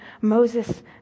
Moses